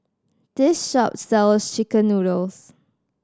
this shop sells chicken noodles